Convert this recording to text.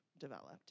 developed